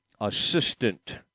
assistant